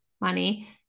money